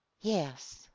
yes